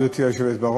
ולכן יש לנו אפשרות,